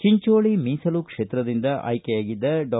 ಚಿಂಚೋಳ ಮೀಸಲು ಕ್ಷೇತ್ರದಿಂದ ಆಯ್ಕೆಯಾಗಿದ್ದ ಡಾ